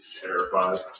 Terrified